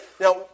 Now